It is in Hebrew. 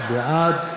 בעד